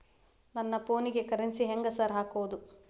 ನನ್ ಫೋನಿಗೆ ಕರೆನ್ಸಿ ಹೆಂಗ್ ಸಾರ್ ಹಾಕೋದ್?